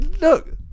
Look